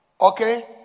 okay